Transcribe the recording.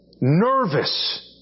nervous